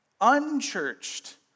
unchurched